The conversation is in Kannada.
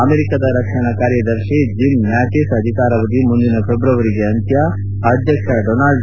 ಅಮೆರಿಕದ ರಕ್ಷಣಾ ಕಾರ್ಯದರ್ಶಿ ಜಿಮ್ ಮ್ಲಾಟಿಸ್ ಅಧಿಕಾರಾವಧಿ ಮುಂದಿನ ಫೆಬ್ರವರಿಗೆ ಅಂತ್ಯ ಅಧ್ಯಕ್ಷ ಡೊನಾಲ್ಡ್